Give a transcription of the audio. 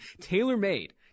tailor-made